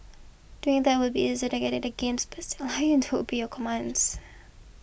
doing that would be easy than getting the game's lion to obey your commands